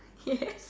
yes